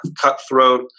cutthroat